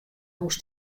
hús